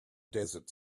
desert